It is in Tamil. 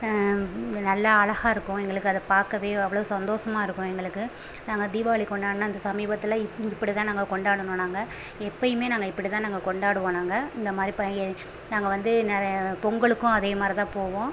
நல்லா அழகாக இருக்கும் எங்களுக்கு அதை பார்க்கவே அவ்வளோ சந்தோசமாக இருக்கும் எங்களுக்கு நாங்கள் தீபாவளி கொண்டாடினா இந்த சமீபத்தில் இப் இப்படி தான் நாங்கள் கொண்டாடினோம் நாங்கள் எப்போயுமே நாங்கள் இப்படி நாங்கள் கொண்டாடுவோம் நாங்கள் இந்த மாதிரி பை நாங்கள் வந்து நெ பொங்கலுக்கும் அதே மாதிரி தான் போவோம்